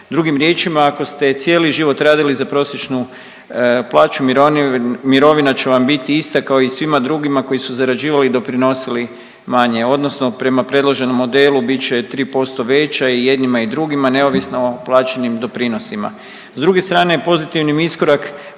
Drugim riječima, ako ste cijeli život radili za prosječnu plaću, mirovina će vam biti ista kao i svima drugima koji su zarađivali i doprinosili manje, odnosno prema predloženom modelu bit će 3% veća i jednima i drugima neovisno o plaćenim doprinosima. S druge strane pozitivni iskorak